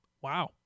Wow